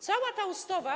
Cała ta ustawa.